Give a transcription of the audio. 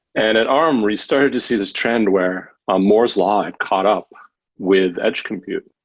and at arm, we started to see this trend where um morse law had caught up with edge compute,